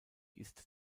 ist